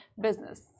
business